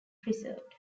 preserved